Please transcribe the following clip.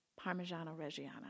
Parmigiano-Reggiano